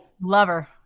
Lover